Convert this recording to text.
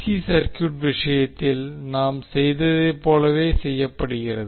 C circuit விஷயத்தில் நாம் செய்ததைப் போலவே செய்யப்படுகிறது